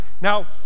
Now